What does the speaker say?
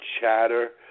chatter